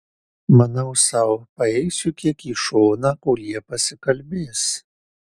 manau sau paeisiu kiek į šoną kol jie pasikalbės